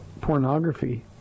pornography